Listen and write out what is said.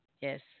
Yes